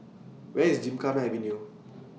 Where IS Gymkhana Avenue